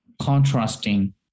contrasting